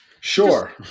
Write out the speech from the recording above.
Sure